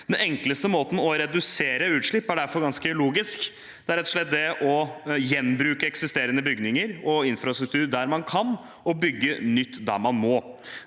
Den enkleste måten å redusere utslipp på er derfor ganske logisk. Det er rett og slett å gjenbruke eksisterende bygninger og infrastruktur der man kan, og bygge nytt der man må.